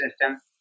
system